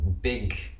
big